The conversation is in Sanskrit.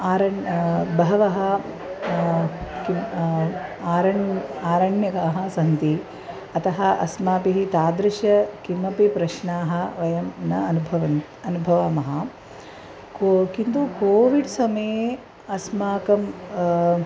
अरण्यः बहवः किम् अरण्यः अरण्यकाः सन्ति अतः अस्माभिः तादृश किमपि प्रश्नाः वयं न अनुभवन्तः अनुभवामः को किन्तु कोविड् समये अस्माकं